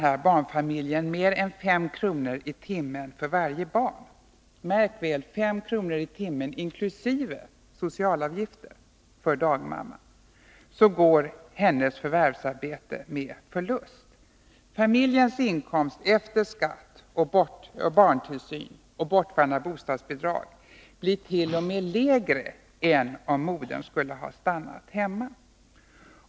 Betalar familjen mer än 5 kr. i timmen för varje barn — märk väl 5 kr. i timmen inkl. socialavgifter för dagmamman — går hennes förvärvsarbete med förlust. Familjens inkomst efter skatt och barntillsyn och bortfallna bostadsbidrag blirt.o.m. lägre än om modern stannar hemma.